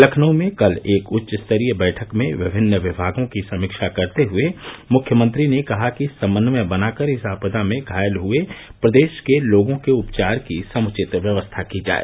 लखनऊ में कल एक उच्च स्तरीय बैठक में विभिन्न विभागों की समीक्षा करते हए मृख्यमंत्री ने कहा कि समन्वय बनाकर इस आपदा में घायल हए प्रदेश के लोगों के उपचार की समुचित व्यवस्था की जाए